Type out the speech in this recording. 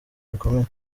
bikomeye